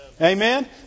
Amen